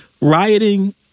rioting